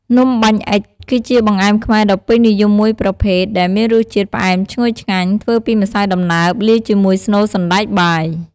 នំបាញ់អុិច គឺជាបង្អែមខ្មែរដ៏ពេញនិយមមួយប្រភេទ ដែលមានរសជាតិផ្អែមឈ្ងុយឆ្ងាញ់ ធ្វើពីម្សៅដំណើប លាយជាមួយស្នូលសណ្ដែកបាយ។